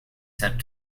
sent